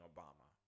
Obama